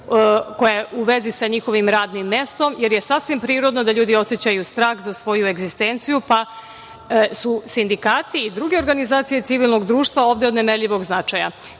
koja je u vezi sa njihovim radnim mestom, jer je sasvim prirodno da ljudi osećaju strah za svoju egzistenciju, pa su sindikati i druge organizacije civilnog društva ovde od nemerljivog značaja. Kada